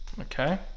Okay